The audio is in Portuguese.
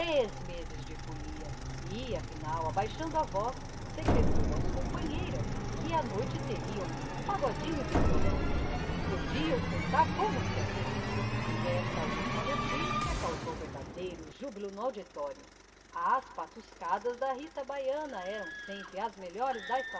meses de folia e afinal abaixando a voz segredou às companheiras que à noite teriam um pagodinho de violão podiam contar como certo esta última noticia causou verdadeiro júbilo no auditório as patuscadas da rita baiana eram sempre as melhores da